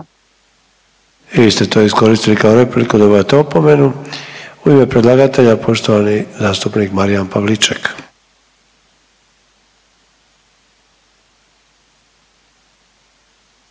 Vi ste to iskoristili kao repliku dobivate opomenu. U ime predlagatelja poštovani zastupnik Marijan Pavliček.